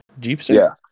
jeepster